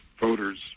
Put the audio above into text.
voters